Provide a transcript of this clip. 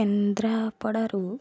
କେନ୍ଦ୍ରାପଡ଼ାରୁ